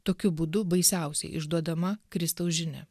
tokiu būdu baisiausiai išduodama kristaus žinia